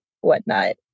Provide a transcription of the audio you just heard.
whatnot